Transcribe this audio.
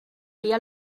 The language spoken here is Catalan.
via